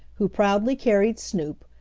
who proudly carried snoop,